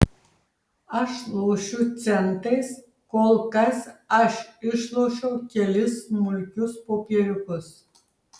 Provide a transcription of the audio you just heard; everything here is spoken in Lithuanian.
aš lošiu centais kol kas aš išlošiau kelis smulkius popieriukus